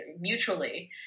mutually